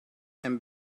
and